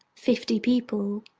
fifty, people.